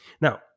Now